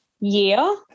year